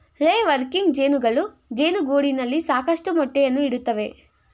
ಲೇ ವರ್ಕಿಂಗ್ ಜೇನುಗಳು ಜೇನುಗೂಡಿನಲ್ಲಿ ಸಾಕಷ್ಟು ಮೊಟ್ಟೆಯನ್ನು ಇಡುತ್ತವೆ